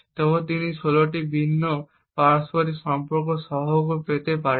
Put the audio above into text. এবং তাই তিনি 16টি ভিন্ন পারস্পরিক সম্পর্ক সহগ পেতে সক্ষম হবেন